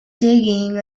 digging